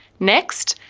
next,